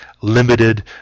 limited